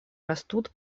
растут